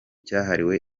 cyahariwe